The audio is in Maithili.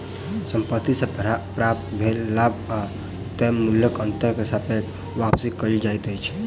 संपत्ति से प्राप्त भेल लाभ आ तय मूल्यक अंतर के सापेक्ष वापसी कहल जाइत अछि